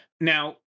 Now